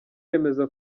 yemeza